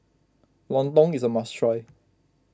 Lontong is a must try